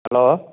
hello